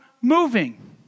moving